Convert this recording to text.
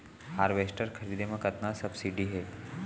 Harvester खरीदे म कतना सब्सिडी हे?